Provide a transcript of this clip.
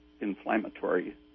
inflammatory